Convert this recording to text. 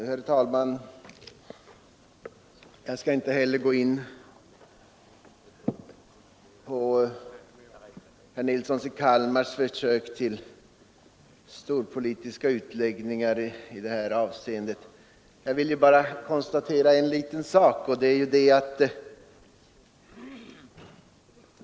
Herr talman! Jag skall inte heller gå in på herr Nilssons i Kalmar försök till storpolitiska utläggningar i det här avseendet. Jag vill bara konstatera en liten sak.